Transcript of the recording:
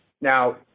Now